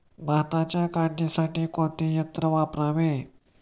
भाताच्या काढणीसाठी कोणते यंत्र वापरावे?